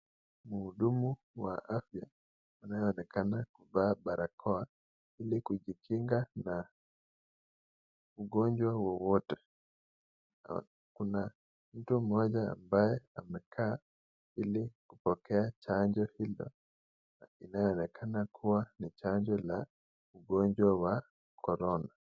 Mhudumu wa afya, anayeonekana kuvaa barakoa, ili kujikinga na ugonjwa wowote. Na kuna mtu mmoja ambaye amekaa, ili kupokea chanjo hilo na inayoonekana kuwa ni chanjo la ugonjwa wa korona.